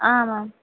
ma'am